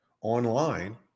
online